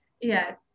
Yes